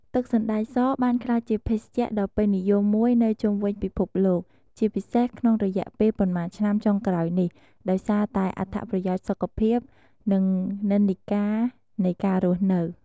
ទឹកសណ្តែកសបានក្លាយជាភេសជ្ជៈដ៏ពេញនិយមមួយនៅជុំវិញពិភពលោក ជាពិសេសក្នុងរយៈពេលប៉ុន្មានឆ្នាំចុងក្រោយនេះ ដោយសារតែអត្ថប្រយោជន៍សុខភាព និងនិន្នាការនៃការរស់នៅ។